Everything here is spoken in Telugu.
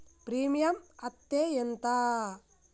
ప్రీమియం అత్తే ఎంత?